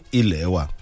ilewa